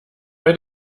bei